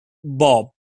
bob